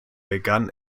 begann